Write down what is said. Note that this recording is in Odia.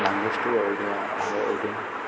ଲାଙ୍ଗୁଏଜ୍ଠୁ ଅଲଗା